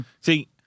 See